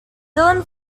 dillon